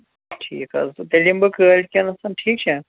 ٹھیٖک حظ تہٕ تیٚلہِ یِمہٕ بہٕ کٲلۍکٮ۪تھ ٹھیٖک چھا